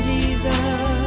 Jesus